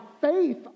faith